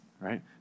right